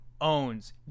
owns